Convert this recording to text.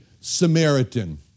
Samaritan